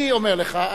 אני אומר לך,